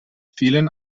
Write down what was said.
vielen